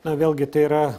na vėlgi tai yra